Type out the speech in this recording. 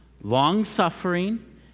long-suffering